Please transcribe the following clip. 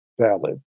valid